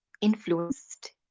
influenced